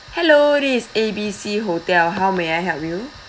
hello this is A B C hotel how may I help you